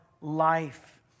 life